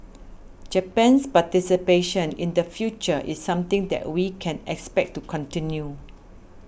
Japan's participation in the future is something that we can expect to continue